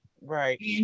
Right